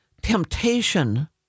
temptation